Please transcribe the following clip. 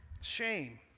shame